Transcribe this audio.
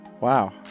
Wow